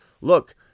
look